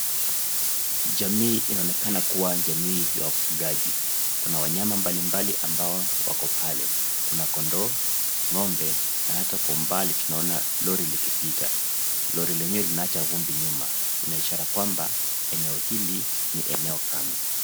Jamii inaonekana kuwa jamii ya wafugaji, kuna wanyama mbalimbali ambao wako pale. Kuna kondoo, ng'ombe na hata kwa umbali tunaona lori likipita, Lori lenyewe linaacha vumbi nyuma, ina ishara kwamba eneo hili ni eneo kame.